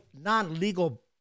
non-legal